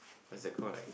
what's that called like